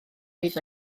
wyf